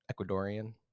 Ecuadorian